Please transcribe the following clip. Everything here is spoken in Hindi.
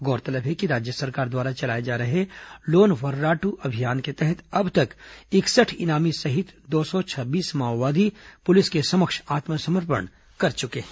गौरतलब है कि राज्य सरकार द्वारा चलाए जा रहे लोन वर्राटू अभियान के तहत अब तक इकसठ इनामी सहित दो सौ छब्बीस माओवादी पुलिस के समक्ष आत्मसमर्पण कर चुके हैं